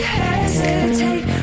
hesitate